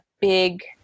big